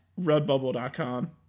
Redbubble.com